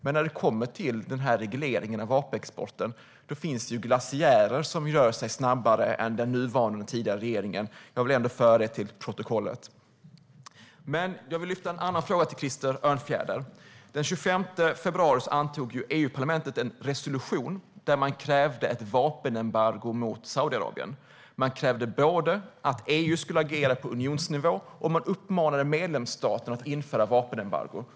Men när det gäller regleringen av vapenexporten finns det glaciärer som rör sig snabbare än den nuvarande och den tidigare regeringen. Jag vill få det fört till protokollet. Men jag vill ställa en annan fråga till Krister Örnfjäder. Den 25 februari antog EU-parlamentet en resolution där man krävde ett vapenembargo mot Saudiarabien. Man krävde att EU skulle agera på unionsnivå och uppmanade medlemsstaterna att införa ett vapenembargo.